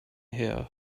here